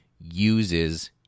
uses